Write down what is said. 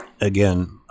Again